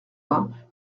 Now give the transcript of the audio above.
vingt